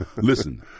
Listen